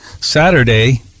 Saturday